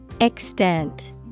Extent